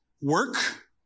work